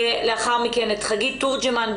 ולאחר מכן את ד"ר חגית תורג'מן,